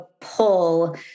pull